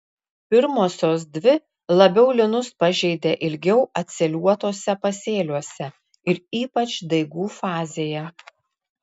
pirmosios dvi labiau linus pažeidė ilgiau atsėliuotuose pasėliuose ir ypač daigų fazėje